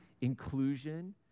inclusion